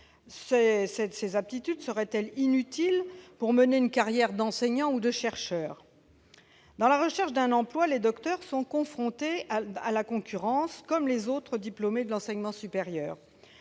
Celles-ci seraient-elles inutiles pour mener une carrière d'enseignant ou de chercheur ? Dans la recherche d'un emploi, les docteurs sont confrontés à la concurrence, comme les autres diplômés de l'enseignement supérieur.